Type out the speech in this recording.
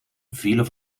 vielen